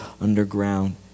underground